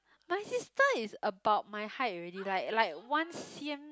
my sister is about my height already like like one c_m